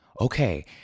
Okay